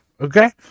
okay